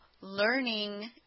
learning